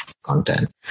content